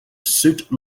suit